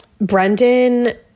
Brendan